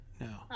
No